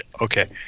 Okay